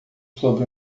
sobre